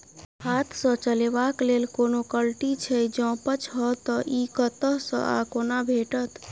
हाथ सऽ चलेबाक लेल कोनों कल्टी छै, जौंपच हाँ तऽ, इ कतह सऽ आ कोना भेटत?